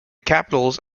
capitals